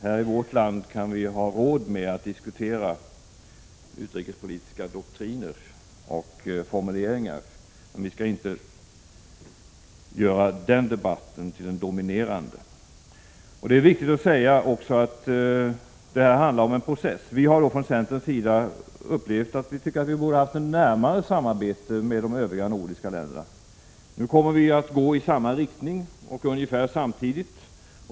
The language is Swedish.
Här i vårt land kan vi ha råd att diskutera utrikespolitiska doktriner och formuleringar. Men vi skall inte göra den debatten till den dominerande. Det är också viktigt att säga att det handlar om en process. Vi har från centerns sida upplevt att vi borde haft ett närmare samarbete med de övriga nordiska länderna. Men vi kommer nu att gå i samma riktning och göra det ungefär samtidigt.